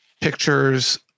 pictures